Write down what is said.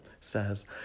says